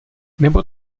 nebo